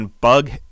bug